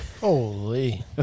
Holy